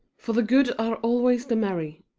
for the good are always the merry,